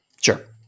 Sure